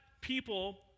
people